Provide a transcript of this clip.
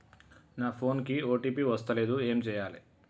నా ఫోన్ కి ఓ.టీ.పి వస్తలేదు ఏం చేయాలే?